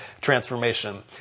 transformation